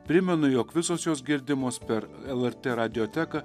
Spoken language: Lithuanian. primenu jog visos jos girdimos per lrt radioteką